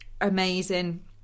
amazing